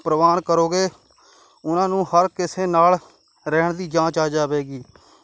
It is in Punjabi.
ਪ੍ਰਵਾਨ ਕਰੋਗੇ ਉਹਨਾਂ ਨੂੰ ਹਰ ਕਿਸੇ ਨਾਲ ਰਹਿਣ ਦੀ ਜਾਂਚ ਆ ਜਾਵੇਗੀ